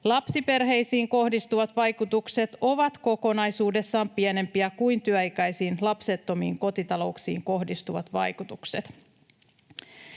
Lapsiperheisiin kohdistuvat vaikutukset ovat kokonaisuudessaan pienempiä kuin työikäisiin lapsettomiin kotitalouksiin kohdistuvat vaikutukset.”